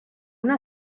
una